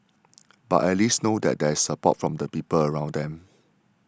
but at least know that there is support from the people around them